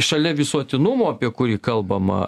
šalia visuotinumo apie kurį kalbama